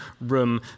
room